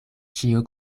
ĉio